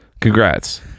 Congrats